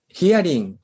hearing